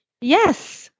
Yes